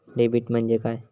Debit म्हणजे काय?